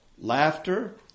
laughter